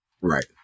Right